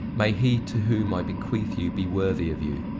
may he to whom i bequeath you be worthy of you!